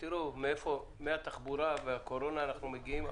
תראו, לאיפה מהתחבורה והקורונה אנחנו מגיעים.